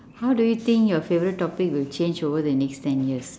how do you think your favourite topic will change over the next ten years